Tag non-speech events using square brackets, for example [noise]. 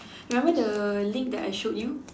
[breath] remember the link that I showed you